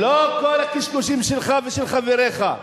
לא כל הקשקושים שלך ושל חבריך.